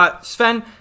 Sven